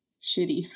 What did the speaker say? shitty